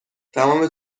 تمام